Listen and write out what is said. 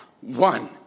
one